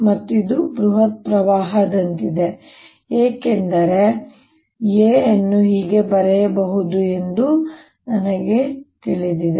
ಮತ್ತು ಇದು ಬೃಹತ್ ಪ್ರವಾಹದಂತಿದೆ ಏಕೆ ಏಕೆಂದರೆ A ಅನ್ನು ಹೀಗೆ ಬರೆಯಬಹುದು ಎಂದು ನನಗೆ ತಿಳಿದಿದೆ